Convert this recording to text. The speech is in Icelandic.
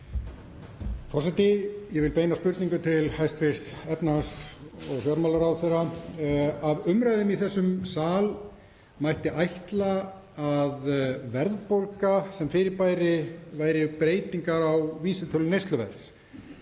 Forseti. Ég vil beina spurningu til hæstv. fjármála- og efnahagsráðherra. Af umræðum í þessum sal mætti ætla að verðbólga sem fyrirbæri væri breytingar á vísitölu neysluverðs